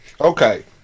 okay